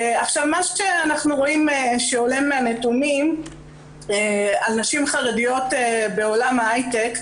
מה שאנחנו רואים שעולה מהנתונים על נשים חרדיות בעולם ההייטק,